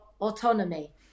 autonomy